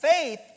faith